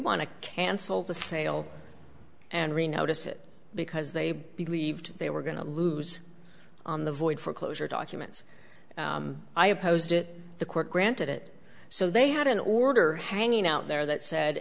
want to cancel the sale and re notice it because they believed they were going to lose on the void for closure documents i opposed it the court granted it so they had an order hanging out there that said